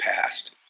past